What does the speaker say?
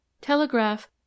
Telegraph